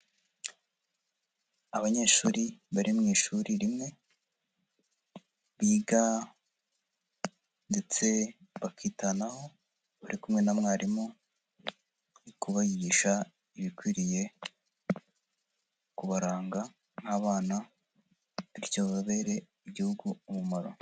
Abanyeshuri bari mu ishuri rimwe, biga ndetse bakitanaho, bari kumwe na mwarimu, ari kuba yigisha ibikwiriye kubaranga nk'abana, bityo babere Igihugu umumaro.